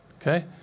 Okay